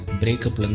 breakup